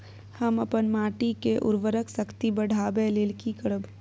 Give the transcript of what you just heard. हम अपन माटी के उर्वरक शक्ति बढाबै लेल की करब?